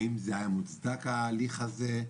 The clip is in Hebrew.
האם זה היה מוצדק ההליך הזה,